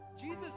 Jesus